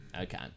Okay